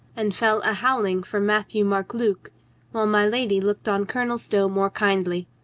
and fell a-howling for matthieu-marc-luc, while my lady looked on colonel stow more kindly.